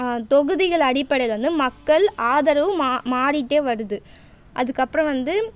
தொகுதிகள் அடிப்படையில் வந்து மக்கள் ஆதரவு மா மாறிட்டே வருது அதற்கப்றம் வந்து